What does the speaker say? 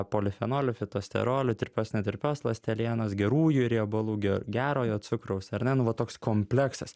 polifenolių fitosterolių tirpios netirpios ląstelienos gerųjų riebalų ge gerojo cukraus ar ne nu va toks kompleksas